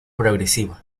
progresiva